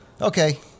Okay